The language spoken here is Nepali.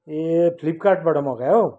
ए फ्लिपकार्टबाट मगायौ